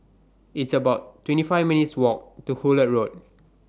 It's about twenty five minutes' Walk to Hullet Road